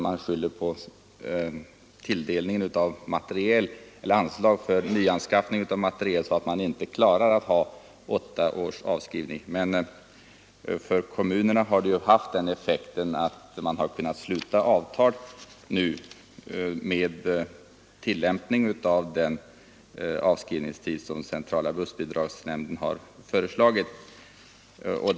SJ skyller på anslaget för nyanskaffning av materiel och säger att man inte klarar av åtta års avskrivning, men för kommunerna har det haft den effekten att man nu har kunnat sluta avtal med tillämpning av den avskrivningstid som bussbidragsnämnden har rekommenderat.